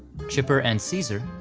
chipper and caesar,